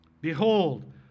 Behold